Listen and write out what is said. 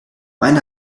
mein